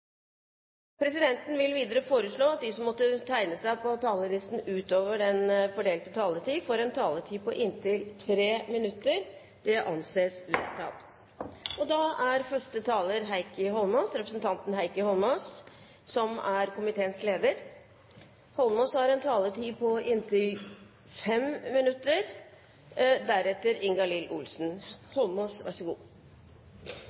presidenten forslå at det ikke gis anledning til replikkordskifte, og at de som måtte tegne seg på talerlisten utover den fordelte taletid, får en taletid på inntil tre minutter. – Det anses vedtatt. Første taler er Gjermund Hagesæter. Det ser ut til at Stortinget blir ferdig med sine forhandlinger i løpet av 10–15 minutter,